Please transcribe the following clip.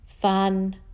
fun